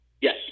Yes